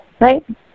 right